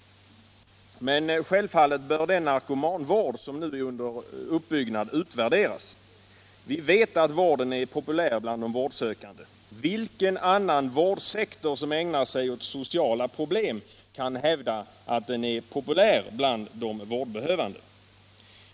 Men självfallet bör den narkomanvård som nu är under uppbyggnad utvärderas. Vi vet att vården är populär bland de vårdsökande. Vilken annan vårdsektor, som ägnar sig åt sociala problem, kan hävda att den är populär bland de vårdbehövande?